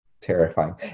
Terrifying